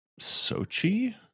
Sochi